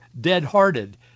dead-hearted